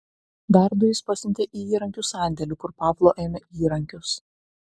dar du jis pasiuntė į įrankių sandėlį kur pavlo ėmė įrankius